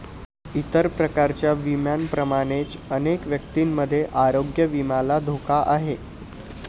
इतर प्रकारच्या विम्यांप्रमाणेच अनेक व्यक्तींमध्ये आरोग्य विम्याला धोका आहे